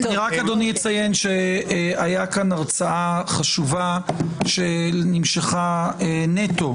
רק אציין שהייתה פה הרצאה חשובה שנמשכה נטו,